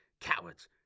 Cowards